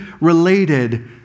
related